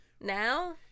Now